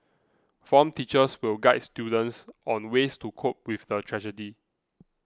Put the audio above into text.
form teachers will guide students on ways to cope with the tragedy